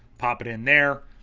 pop it in there.